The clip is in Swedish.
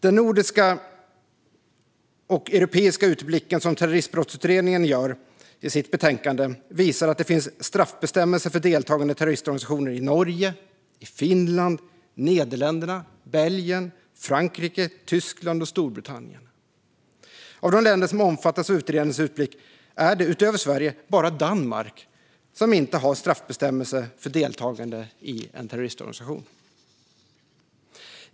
Den nordiska och europeiska utblicken som Terroristbrottsutredningen gör i sitt betänkande visar att det finns straffbestämmelser för deltagande i terroristorganisationer i Norge, Finland, Nederländerna, Belgien, Frankrike, Tyskland och Storbritannien. Av de länder som omfattas av utredningens utblick är det, utöver Sverige, bara Danmark som inte har straffbestämmelser för deltagande i en terroristorganisation.